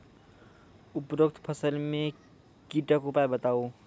उपरोक्त फसल मे कीटक उपाय बताऊ?